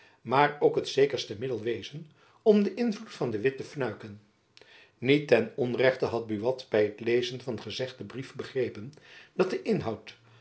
maar ook het zekerste middel wezen om den invloed van de witt te fnuiken niet ten onrechte had buat by het lezen van gezegden brief begrepen dat de inhoud